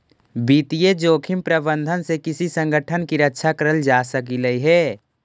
वित्तीय जोखिम प्रबंधन से किसी संगठन की रक्षा करल जा सकलई हे